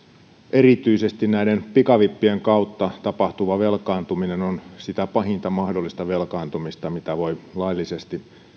erityisesti näiden pikavippien kautta tapahtuva velkaantuminen on sitä pahinta mahdollista velkaantumista mitä voi laillisesti